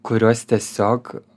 kuriuos tiesiog